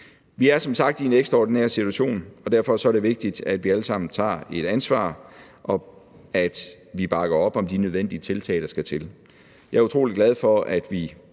Vi er som sagt i en ekstraordinær situation, og derfor er det vigtigt, at vi alle sammen tager et ansvar, og at vi bakker op om de nødvendige tiltag, der skal til. Jeg er utrolig glad for, at vi